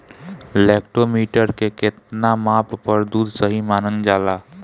Lactometer के कितना माप पर दुध सही मानन जाला?